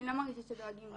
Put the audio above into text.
אני לא מרגישה שדואגים לי.